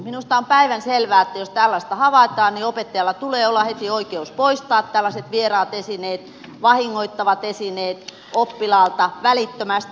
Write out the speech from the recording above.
minusta on päivänselvää että jos tällaista havaitaan niin opettajalla tulee olla heti oikeus poistaa tällaiset vieraat esineet vahingoittavat esineet oppilaalta välittömästi